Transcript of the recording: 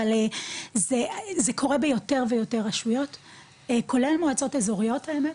אבל זה קורה ביותר ויותר רשויות כולל מועצות אזוריות האמת,